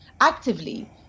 actively